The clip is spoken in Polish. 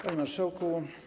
Panie Marszałku!